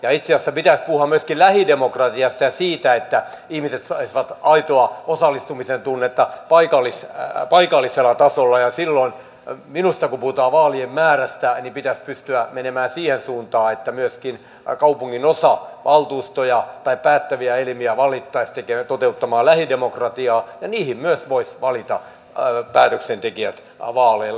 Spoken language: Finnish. itse asiassa pitäisi puhua myöskin lähidemokratiasta ja siitä että ihmiset saisivat aitoa osallistumisen tunnetta paikallisella tasolla ja silloin minusta kun puhutaan vaalien määrästä pitäisi pystyä menemään siihen suuntaan että myöskin kaupunginosavaltuustoja tai päättäviä elimiä valittaisiin toteuttamaan lähidemokratiaa ja niihin myös voisi valita päätöksentekijät vaaleilla